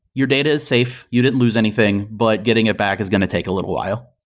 your data is safe. you didn't lose anything, but getting it back is going to take a little while.